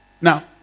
Now